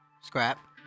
Scrap